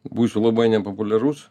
būsiu labai nepopuliarus